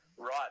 Right